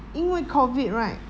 因为 COVID right